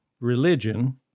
religion